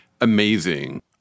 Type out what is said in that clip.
amazing